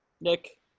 Nick